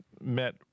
met